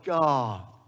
God